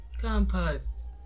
campus